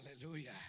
Hallelujah